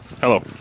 Hello